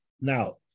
Now